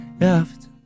Left